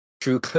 True